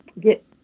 get